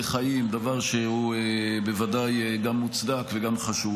חיים דבר שהוא בוודאי גם מוצדק וגם חשוב,